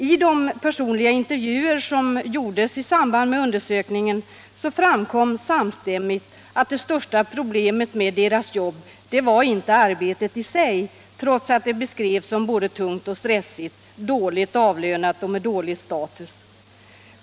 I de personliga intervjuer som gjordes i samband med undersökningen framkom samstämmigt att det största problemet med hemvårdspersonalens jobb inte var arbetet i sig, trots att det beskrevs såsom både tungt och stressigt, dåligt avlönat och med dålig status.